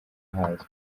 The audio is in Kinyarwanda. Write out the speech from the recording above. hazwi